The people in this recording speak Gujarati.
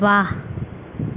વાહ